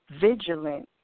Vigilant